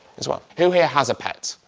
as well. who here has a pet?